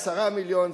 10 מיליון,